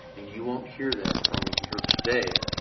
and you won't hear that from me here today.